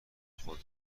خود